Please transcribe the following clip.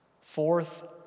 Fourth